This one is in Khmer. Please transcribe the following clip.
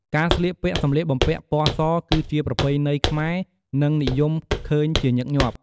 ការស្លៀកពាក់សម្លៀកបំពាក់ពណ៌សគឺជាប្រពៃណីខ្មែរនិងនិយមឃើញជាញឹកញាប់។